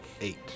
eight